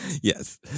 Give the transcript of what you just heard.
yes